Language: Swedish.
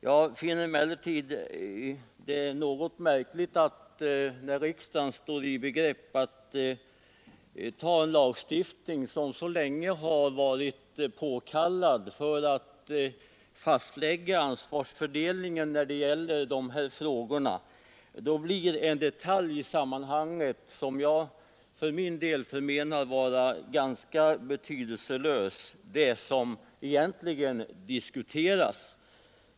Jag finner det emellertid något märkligt att när riksdagen står i begrepp att besluta om en lagstiftning — som så länge har varit påkallad — för att fastlägga ansvarsfördelningen i de här frågorna, blir en detalj i sammanhanget, som jag förmenar vara ganska betydelselös, det som egentligen diskuteras.